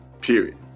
period